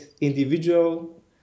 individual